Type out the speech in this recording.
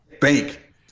bank